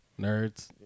Nerds